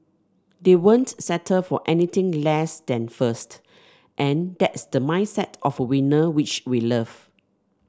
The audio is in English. they won't settle for anything less than first and that's the mindset of a winner which we love